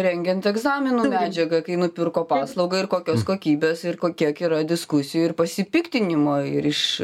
rengiant egzaminų medžiagą kai nupirko paslaugą ir kokios kokybės ir kokia yra diskusijų ir pasipiktinimo ir iš